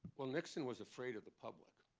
well, nixon was afraid of the public.